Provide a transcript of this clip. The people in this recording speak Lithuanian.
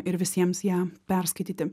ir visiems ją perskaityti